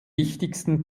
wichtigsten